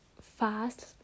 fast